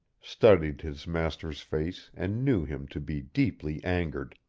studied his master's face and knew him to be deeply angered.